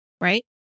Right